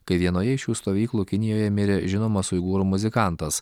kai vienoje iš šių stovyklų kinijoje mirė žinomas uigūrų muzikantas